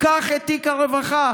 קח את תיק הרווחה.